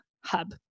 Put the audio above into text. hub